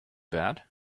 bed